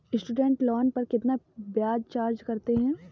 Student loan में कितना ब्याज चार्ज करते हैं?